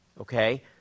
okay